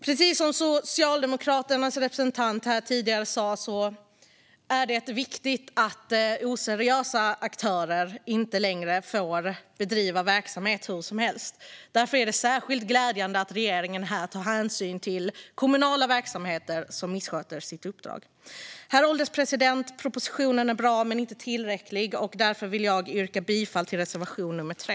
Precis som Socialdemokraternas representant har sagt tidigare är det viktigt att oseriösa aktörer inte längre får bedriva verksamhet hur som helst. Därför är det särskilt glädjande att regeringen här tar hänsyn till kommunala verksamheter som missköter sitt uppdrag. Herr ålderspresident! Propositionen är bra men inte tillräcklig. Därför vill jag yrka bifall till reservation 3.